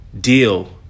deal